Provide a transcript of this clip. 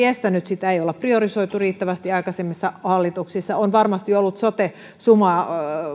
estänyt sitä ei olla priorisoitu riittävästi aikaisemmissa hallituksissa on varmasti ollut sote suma